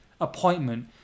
appointment